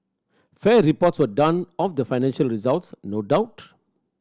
fair reports were done of the financial results no doubt